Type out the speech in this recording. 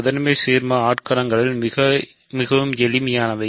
முதன்மை சீர்மஆட்களங்கள் மிகவும் எளிமையானவை